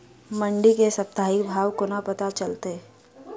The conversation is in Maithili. मंडी केँ साप्ताहिक भाव कोना पत्ता चलतै?